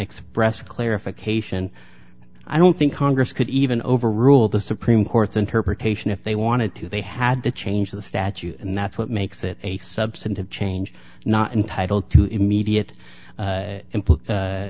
express clarification i don't think congress could even overrule the supreme court's interpretation if they wanted to they had to change the statute and that's what makes it a substantive change not entitled to immediate